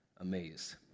amazed